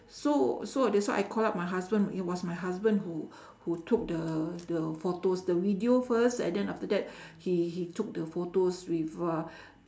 so so that's why I call up my husband it was my husband who who took the the photos the video first and then after that he he took the photos with uh